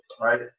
right